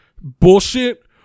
bullshit